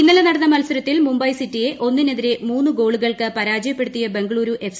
ഇന്നലെ നടന്ന മത്സരത്തിൽ മുംബൈ സിറ്റിയെ ഒന്നിനെതിരെ മൂന്ന് ഗോളുകൾക്ക് പരാജയപ്പെടുത്തിയ ബംഗളുരു എഫ്